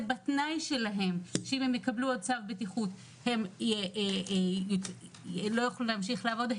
בתנאי שלהם שאם הם יקבלו צו בטיחות הם לא יוכלו להמשיך לעבוד,